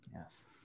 yes